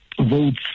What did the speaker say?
votes